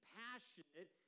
passionate